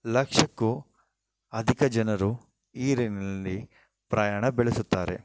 ಲಕ್ಷಕ್ಕೂ ಅಧಿಕ ಜನರು ಈ ರೈಲಿನಲ್ಲಿ ಪ್ರಯಾಣ ಬೆಳೆಸುತ್ತಾರೆ